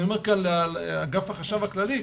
אני אומר לאגף החשב הכללי,